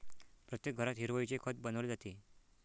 प्रत्येक घरात हिरवळीचे खत बनवले जाते